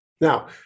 Now